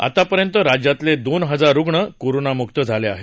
आतापर्यंत राज्यातले दोन हजार रुग्ण कोरोनामुक्त झाले आहेत